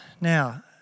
now